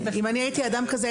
אם אני הייתי אדם כזה,